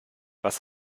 was